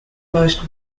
most